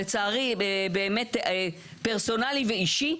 לצערי, פרסונלי ואישי.